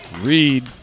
Reed